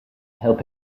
help